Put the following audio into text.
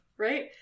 Right